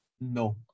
no